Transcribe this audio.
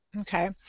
Okay